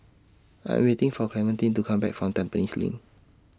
I Am waiting For Clementine to Come Back from Tampines LINK